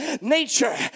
nature